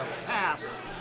tasks